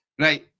right